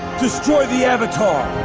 destroy the avatar!